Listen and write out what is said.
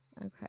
okay